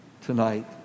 tonight